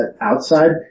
outside